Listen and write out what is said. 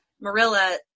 Marilla